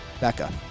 Becca